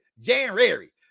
January